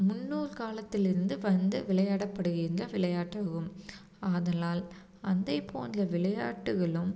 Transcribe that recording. முன்னூர் காலத்திலிருந்து வந்து விளையாடப்படுகின்ற விளையாட்டு அதுவும் ஆதலால் அதே போன்ற விளையாட்டுகளும்